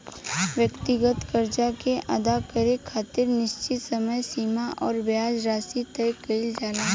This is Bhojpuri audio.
व्यक्तिगत कर्जा के अदा करे खातिर निश्चित समय सीमा आ ब्याज राशि तय कईल जाला